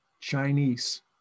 Chinese